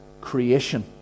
creation